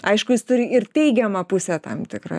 aišku jis turi ir teigiamą pusę tam tikrą